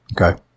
Okay